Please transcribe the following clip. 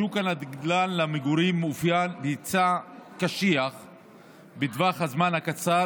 שוק הנדל"ן למגורים מתאפיין בהיצע קשיח בטווח הזמן הקצר,